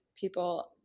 people